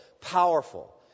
Powerful